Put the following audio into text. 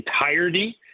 entirety